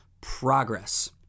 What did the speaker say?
progress